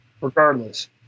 regardless –